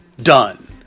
Done